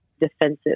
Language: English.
defensive